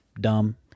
dumb